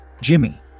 Jimmy